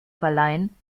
verleihen